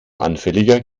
anfälliger